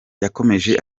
yakomeje